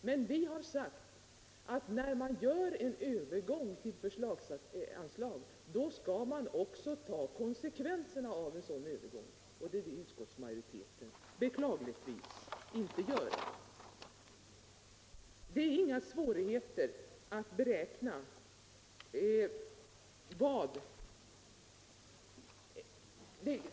Men vi har sagt att när man går över till förslagsanslag, skall man också ta konsekvenserna av en sådan övergång — det vill utskottsmajoriteten beklagligtvis inte göra.